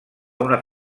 una